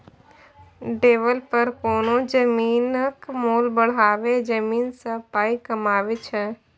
developer कोनो जमीनक मोल बढ़ाए जमीन सँ पाइ कमाबै छै